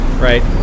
Right